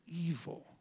evil